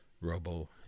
Robo